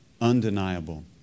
undeniable